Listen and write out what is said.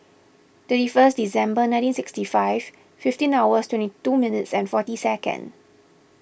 thirty first December nineteen sixty five fifteen hours twenty two minutes and forty seconds